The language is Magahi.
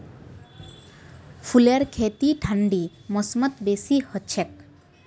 फूलेर खेती ठंडी मौसमत बेसी हछेक